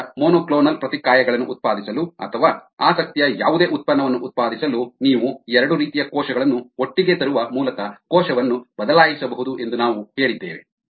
ತದನಂತರ ಮೊನೊಕ್ಲೋನಲ್ ಪ್ರತಿಕಾಯಗಳನ್ನು ಉತ್ಪಾದಿಸಲು ಅಥವಾ ಆಸಕ್ತಿಯ ಯಾವುದೇ ಉತ್ಪನ್ನವನ್ನು ಉತ್ಪಾದಿಸಲು ನೀವು ಎರಡು ರೀತಿಯ ಕೋಶಗಳನ್ನು ಒಟ್ಟಿಗೆ ತರುವ ಮೂಲಕ ಕೋಶವನ್ನು ಬದಲಾಯಿಸಬಹುದು ಎಂದು ನಾವು ಹೇಳಿದ್ದೇವೆ